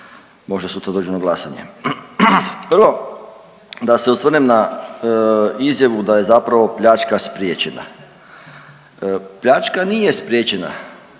možda sutra dođu na glasanje. Prvo da se osvrnem na izjavu da je zapravo pljačka spriječena. Pljačka nije spriječena.